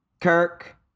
Kirk